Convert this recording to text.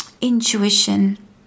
Intuition